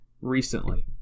recently